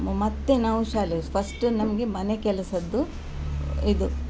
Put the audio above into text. ಮತ್ತೆ ನಾವು ಶಾಲೆ ಫಸ್ಟು ನಮಗೆ ಮನೆ ಕೆಲಸದ್ದು ಇದು